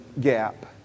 gap